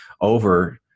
over